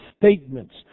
statements